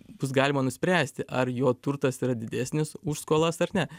bus galima nuspręsti ar jo turtas yra didesnis už skolas ar ne